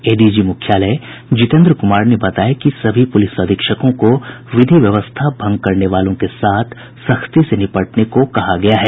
ADG मुख्यालय जितेन्द्र कुमार ने बताया कि सभी पुलिस अधीक्षकों को विधि व्यवस्था भंग करने वालों के साथ सख्ती से निपटने को कहा गया है